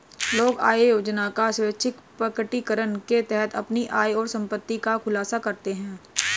लोग आय योजना का स्वैच्छिक प्रकटीकरण के तहत अपनी आय और संपत्ति का खुलासा करते है